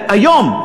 היום,